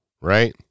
right